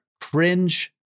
cringe